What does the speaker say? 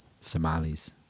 Somalis